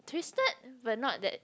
twisted but not that